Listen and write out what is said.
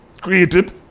created